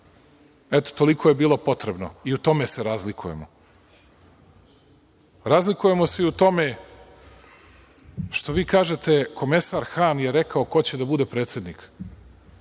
para. Toliko je bilo potrebno. I u tome se razlikujemo. Razlikujemo se i u tome što vi kažete – Komesar Han je rekao ko će da bude predsednik.